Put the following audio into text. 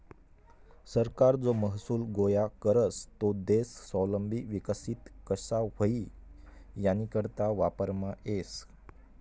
सरकार जो महसूल गोया करस तो देश स्वावलंबी विकसित कशा व्हई यानीकरता वापरमा येस